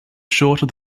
shorter